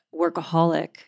workaholic